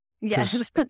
Yes